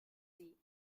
sie